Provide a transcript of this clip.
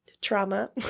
trauma